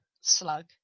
slug